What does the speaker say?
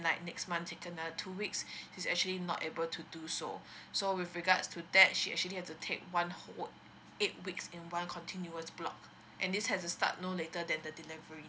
like next month take another two weeks she's actually not able to do so so with regards to that she actually have to take one whole eight weeks in one continuous block and this has to start no later that the delivery